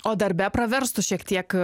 o darbe praverstų šiek tiek